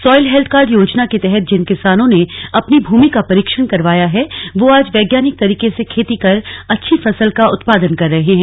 soil health card योजना के तहत जिन किसानों ने अपनी भूमि का परीक्षण करवाया है वह आज वैज्ञानिक तरीके से खेती कर अच्छी फसल का उत्पादन कर रहे हैं